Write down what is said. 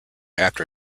after